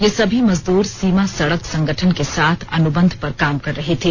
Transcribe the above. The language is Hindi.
ये सभी मजदूर सीमा सड़क संगठन के साथ अनुबंध पर काम कर रहे थे